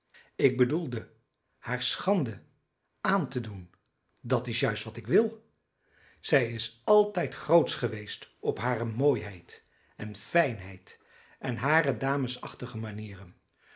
ik bedoelde haar schande aan te doen dat is juist wat ik wil zij is altijd grootsch geweest op hare mooiheid en fijnheid en hare damesachtige manieren